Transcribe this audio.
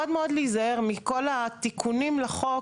מאוד להיזהר מכל התיקונים לחוק,